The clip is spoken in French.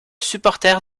supporter